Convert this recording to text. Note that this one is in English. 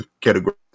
Category